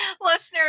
listeners